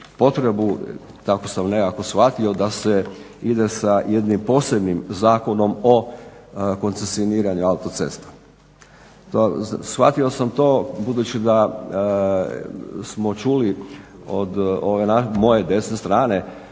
potrebu, tako sam nekako shvatio, da se ide sa jednim posebnim zakonom o koncesioniranju autocesta. Shvatio sam to budući da smo čuli od moje desne strane